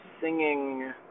singing